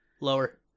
Lower